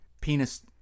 penis